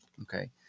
Okay